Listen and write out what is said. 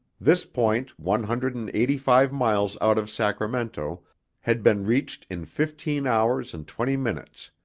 this point, one hundred and eighty-five miles out of sacramento had been reached in fifteen hours and twenty minutes,